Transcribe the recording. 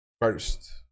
first